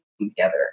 together